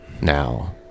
now